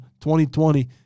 2020